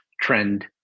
trend